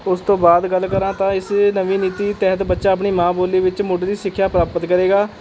ਉਸ ਤੋਂ ਬਾਅਦ ਗੱਲ ਕਰਾਂ ਤਾਂ ਇਸ ਨਵੀਂ ਨੀਤੀ ਤਹਿਤ ਬੱਚਾ ਆਪਣੀ ਮਾਂ ਬੋਲੀ ਵਿੱਚ ਮੁੱਢਲੀ ਸਿੱਖਿਆ ਪ੍ਰਾਪਤ ਕਰੇਗਾ